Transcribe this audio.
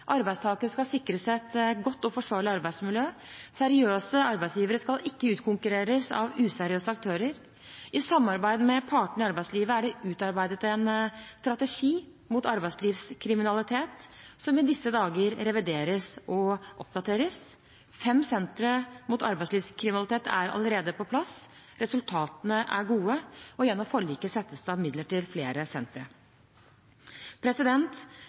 Arbeidstakere skal sikres et godt og forsvarlig arbeidsmiljø. Seriøse arbeidsgivere skal ikke utkonkurreres av useriøse aktører. I samarbeid med partene i arbeidslivet er det utarbeidet en strategi mot arbeidslivskriminalitet, som i disse dager revideres og oppdateres. Fem sentre mot arbeidslivskriminalitet er allerede på plass. Resultatene er gode, og gjennom forliket settes det av midler til flere